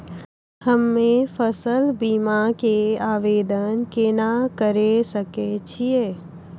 हम्मे फसल बीमा के आवदेन केना करे सकय छियै?